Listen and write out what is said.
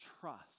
trust